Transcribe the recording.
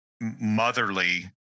motherly